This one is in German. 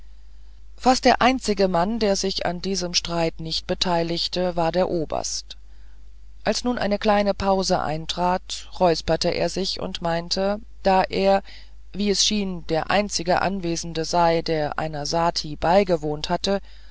fast der einzige mann der sich an diesem streit nicht beteiligte war der oberst als nun eine kleine pause eintrat räusperte er sich und meinte da er wie es schien der einzige anwesende sei der einer sati beigewohnt hatte